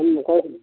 ᱦᱮᱸ ᱟᱢ ᱚᱠᱚᱭᱮᱢ